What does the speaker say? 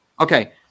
Okay